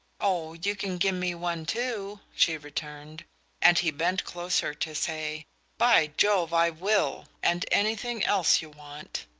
oh, you can give me one too! she returned and he bent closer to say by jove, i will and anything else you want.